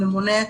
הממונה,